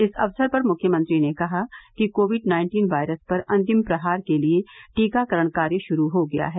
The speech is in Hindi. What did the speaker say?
इस अवसर पर मुख्यमंत्री ने कहा कि कोविड नाइन्टीन वायरस पर अन्तिम प्रहार के लिये टीकाकरण कार्य शुरू हो गया है